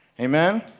amen